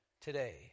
today